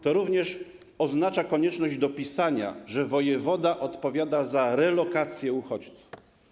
To również oznacza konieczność dopisania, że wojewoda odpowiada za relokację uchodźców.